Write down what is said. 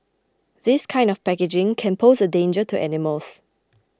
this kind of packaging can pose a danger to animals